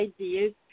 ideas